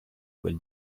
quel